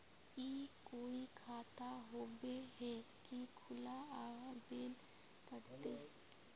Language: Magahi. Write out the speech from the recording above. ई कोई खाता होबे है की खुला आबेल पड़ते की?